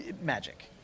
magic